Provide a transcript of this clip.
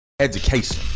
education